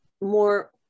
more